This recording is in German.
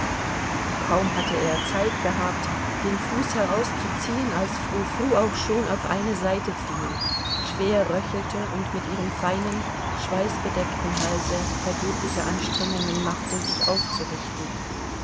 kaum hatte er zeit gehabt den fuß herauszuziehen als frou frou auch schon auf eine seite fiel schwer röchelte und mit ihrem feinen schweißbedeckten halse vergebliche anstrengungen machte sich aufzurichten